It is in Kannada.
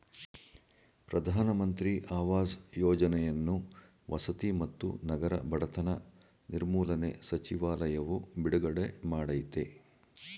ಪ್ರಧಾನ ಮಂತ್ರಿ ಆವಾಸ್ ಯೋಜನೆಯನ್ನು ವಸತಿ ಮತ್ತು ನಗರ ಬಡತನ ನಿರ್ಮೂಲನೆ ಸಚಿವಾಲಯವು ಬಿಡುಗಡೆ ಮಾಡಯ್ತೆ